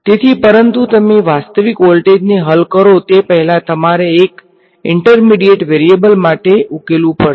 તેથી પરંતુ તમે વાસ્તવિક વોલ્ટેજને હલ કરો તે પહેલાં તમારે એક ઈંટ્રમીડીયેટ વેરીએબલ માટે ઉકેલવું પડશે